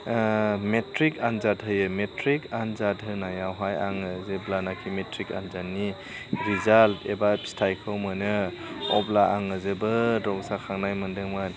matric आनजाद होयो matric आनजाद होनायावहाय आङो जेब्लानाखि मेट्रिक आनजादनि रिजाल्त एबा फिथाइखौ मोनो अब्ला आङो जोबोर रंजाखांनाय मोनदोंमोन